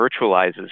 virtualizes